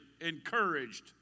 encouraged